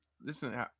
listen